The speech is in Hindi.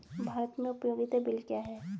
भारत में उपयोगिता बिल क्या हैं?